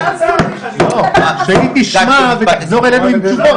היושבת-ראש ------ שהיא תשמע ותחזור אלינו עם תשובות.